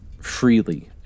freely